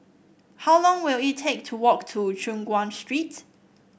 how long will it take to walk to Choon Guan Street